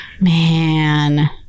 Man